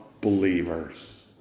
believers